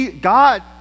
God